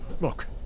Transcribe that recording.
Look